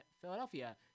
Philadelphia